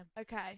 Okay